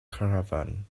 caravan